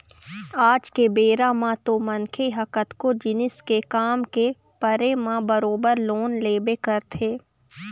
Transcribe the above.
आज के बेरा म तो मनखे ह कतको जिनिस के काम के परे म बरोबर लोन लेबे करथे